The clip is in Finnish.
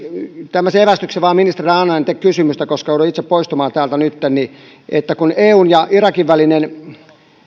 tämmöisen evästyksen vain ministerille annan en tee kysymystä koska joudun itse poistumaan täältä nytten että kun eun ja irakin välinen